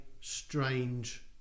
strange